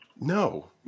No